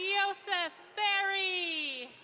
joseph barry.